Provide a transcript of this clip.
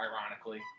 ironically